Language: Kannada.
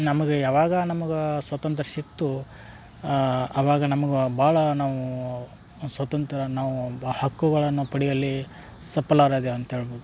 ನಮಗೆ ಯಾವಾಗ ನಮಗೆ ಸ್ವಾತಂತ್ರ್ಯ ಸಿಕ್ತು ಅವಾಗ ನಮಗೆ ಭಾಳ ನಾವು ಸ್ವಾತಂತ್ರ್ಯ ನಾವು ಬಾ ಹಕ್ಕುಗಳನ್ನು ಪಡೀವಲ್ಲಿ ಸಫಲರಾದೆವು ಅಂತ ಹೇಳ್ಬೋದು